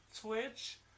Twitch